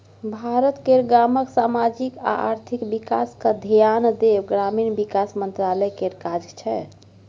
भारत केर गामक समाजिक आ आर्थिक बिकासक धेआन देब ग्रामीण बिकास मंत्रालय केर काज छै